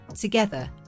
together